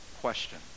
question